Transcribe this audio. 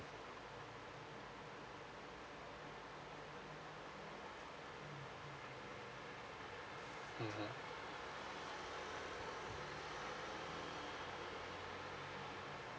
mmhmm